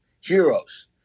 heroes